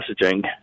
messaging